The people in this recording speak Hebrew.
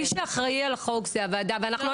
מי שאחראי על החוק זה הוועדה.